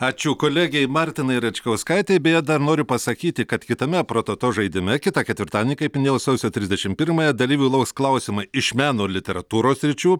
ačiū kolegei martinai račkauskaitė beje dar noriu pasakyti kad kitame prototo žaidime kitą ketvirtadienį kaip minėjau sausio trisdešim pirmąją dalyvių lauks klausimai iš meno ir literatūros sričių